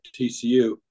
TCU